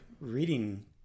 reading